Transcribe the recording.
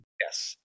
Yes